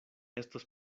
estos